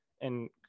and-